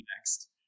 next